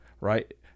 right